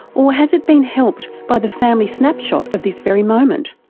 or has it been helped by the family snapshot of this very moment?